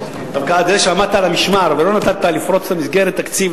דווקא זה שעמדת על המשמר ולא נתת לפרוץ את מסגרת התקציב,